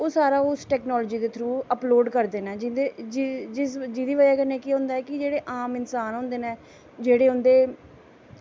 ओह् सारा ओह् उस टैकनॉलजी दे थ्रू अपलोड़ करदे न जेह्जी बजह कन्नै केह् होंदा ऐ कि जेह्ड़े आम इंसान होंदे न जेह्ड़े उं'दे